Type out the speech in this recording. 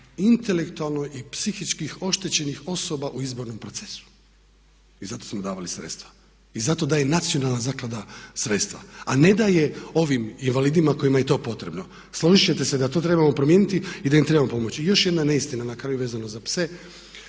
intelektualno i psihički oštećenih osoba u izbornom procesu. I a zato smo davali sredstva i zato daje nacionalna zaklada sredstva, a ne daje ovim invalidima kojima je to potrebno. Složit ćete se da to trebamo promijeniti i da im trebamo pomoći. I još jedna neistina na kraju vezano za pse.